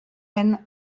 haine